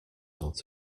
out